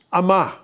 ama